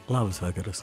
labas vakaras